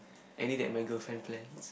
any that my girlfriend plans